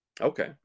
Okay